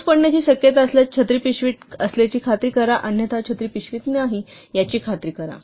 पाऊस पडण्याची शक्यता असल्यास छत्री पिशवीत असल्याची खात्री करा अन्यथा छत्री पिशवीत नाही याची खात्री करा